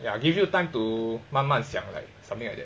ya give you time to 慢慢想 like something like that